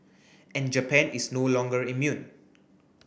and Japan is no longer immune